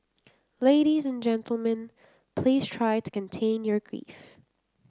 ladies and gentlemen please try to contain your grief